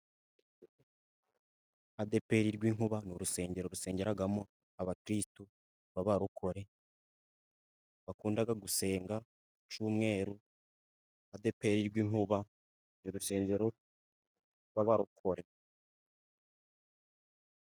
Adeperi Rwinkuba ni urusengero rusengeramo abakirisitu b'abarokore, bakunda gusenga ku cyumweru, adepri Rwinkuba ni urusengero rw'abarokore.